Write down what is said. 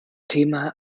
thema